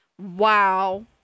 Wow